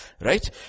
right